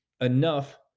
enough